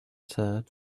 said